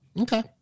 Okay